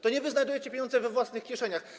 To nie wy znajdujecie pieniądze we własnych kieszeniach.